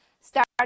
start